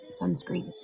sunscreen